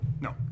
No